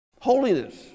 Holiness